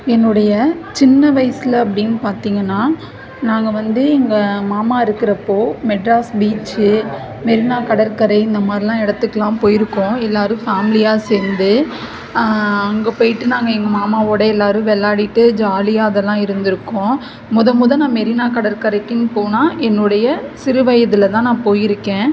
என்னுடைய சின்ன வயசில் அப்படின்னு பார்த்திங்கன்னா நாங்கள் வந்து எங்கள் மாமா இருக்கிறப்போ மெட்ராஸ் பீச்சு மெரினா கடற்கரை இந்தமாதிரிலாம் இடத்துக்குலாம் போயிருக்கோம் எல்லாரும் ஃபேம்லியாக சேர்ந்து அங்கே போய்ட்டு நாங்கள் எங்கள் மாமாவோட எல்லாரும் விளாடிட்டு ஜாலியாக அதெல்லாம் இருந்திருக்கோம் முதோ முதோ நான் மெரினா கடற்கரைக்கின்னு போனால் என்னுடைய சிறுவயதில் தான் நான் போயிருக்கேன்